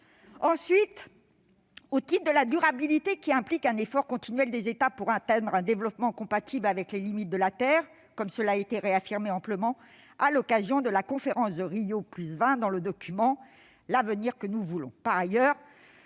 Ensuite, au titre de la durabilité, qui implique un effort continuel des États pour atteindre un développement compatible avec les limites de la terre, comme cela a été réaffirmé amplement à l'occasion de la Conférence Rio+20 dans le document. Par ailleurs, le congrès